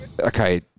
okay